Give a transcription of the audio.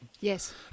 Yes